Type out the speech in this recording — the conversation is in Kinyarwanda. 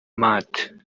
matt